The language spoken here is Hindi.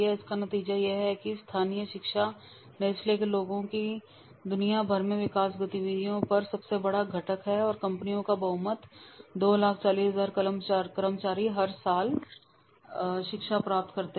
इसका नतीजा यह है कि स्थानीय शिक्षा नेस्ले के लोगों की दुनिया भर में विकास गतिविधियों का सबसे बड़ा घटक है और कंपनियों का बहुमत 2 40000 कर्मचारी हर साल शिक्षा प्राप्त करते हैं